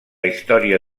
història